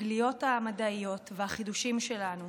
התגליות המדעיות והחידושים שלנו.